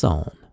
on